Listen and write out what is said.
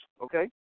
okay